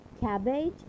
Cabbage